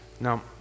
Now